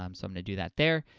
um so i'm gonna do that there.